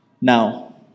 Now